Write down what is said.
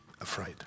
afraid